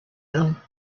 them